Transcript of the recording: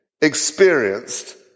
experienced